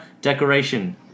decoration